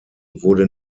wurde